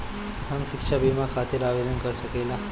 हम शिक्षा बीमा खातिर आवेदन कर सकिला?